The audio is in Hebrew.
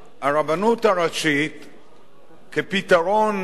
כפתרון קודם למה שמוצע כאן,